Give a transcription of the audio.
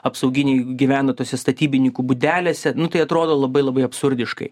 apsauginiai gyvena tose statybininkų būdelėse nu tai atrodo labai labai absurdiškai